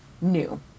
new